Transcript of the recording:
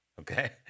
Okay